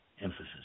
emphasis